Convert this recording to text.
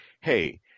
hey